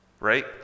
right